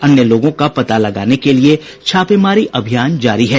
अन्य लोगों का पता लगाने के लिये छापेमारी अभियान जारी है